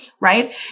Right